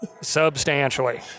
substantially